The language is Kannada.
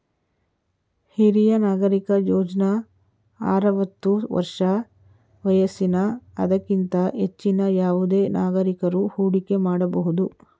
ಹಿರಿಯ ನಾಗರಿಕ ಯೋಜ್ನ ಆರವತ್ತು ವರ್ಷ ವಯಸ್ಸಿನ ಅದಕ್ಕಿಂತ ಹೆಚ್ಚಿನ ಯಾವುದೆ ನಾಗರಿಕಕರು ಹೂಡಿಕೆ ಮಾಡಬಹುದು